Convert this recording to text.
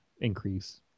increase